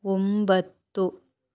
ಒಂಬತ್ತು